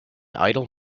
idle